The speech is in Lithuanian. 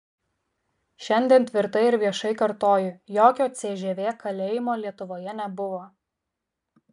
šiandien tvirtai ir viešai kartoju jokio cžv kalėjimo lietuvoje nebuvo